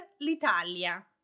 l'Italia